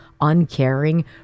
uncaring